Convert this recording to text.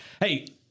hey